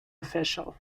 official